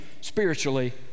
spiritually